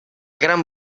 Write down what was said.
gran